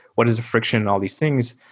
what is friction, and all these things?